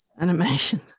Animation